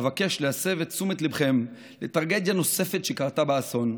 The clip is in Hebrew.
אבקש להסב את תשומת ליבכם לטרגדיה נוספת שקרתה באסון,